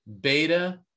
beta